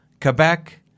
Quebec